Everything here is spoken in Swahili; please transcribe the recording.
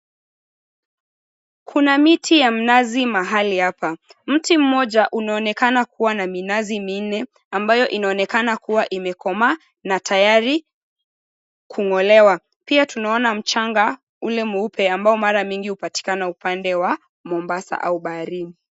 Kuna miti ya mnazi mahali hapa. Mti mmoja unaonekana kuwa na minazi minne, ambayo inaonekana kuwa imekomaa na tayari kung'olewa. Pia tunaona mchanga ule mweupe, ambao mara mingi hupatikana upande wa Mombasa au baharini.